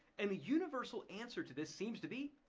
and the universal answer to this seems to be,